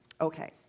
Okay